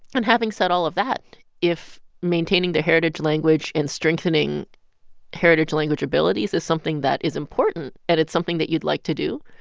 and having said all of that, if maintaining the heritage language and strengthening heritage language abilities is something that is important and it's something that you'd like to do,